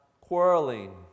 quarreling